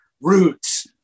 roots